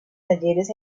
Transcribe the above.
talleres